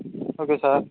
okay sir